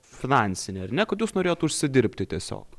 finansinė ar ne kad jūs norėjot užsidirbti tiesiog